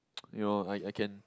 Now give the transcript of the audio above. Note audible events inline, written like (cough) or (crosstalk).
(noise) you know I I can